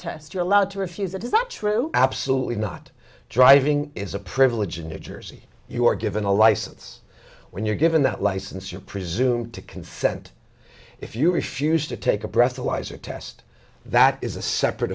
test you're allowed to refuse that is not true absolutely not driving is a privilege in new jersey you are given a license when you're given that license you're presumed to consent if you refuse to take a breathalyzer test that is a separate